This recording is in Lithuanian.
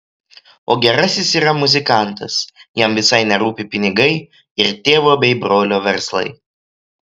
o gerasis yra muzikantas jam visai nerūpi pinigai ir tėvo bei brolio verslai